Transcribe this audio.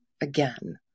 again